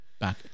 back